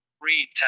Read